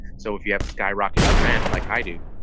so if you have skyrocketing rent like i do,